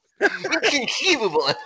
Inconceivable